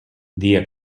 dia